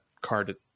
card